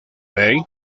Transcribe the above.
bay